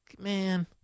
man